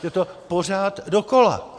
Je to pořád dokola.